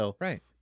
Right